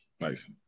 Nice